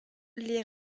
les